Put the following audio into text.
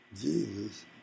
Jesus